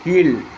கீழ்